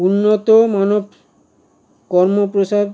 উন্নত মানব কর্ম প্রসার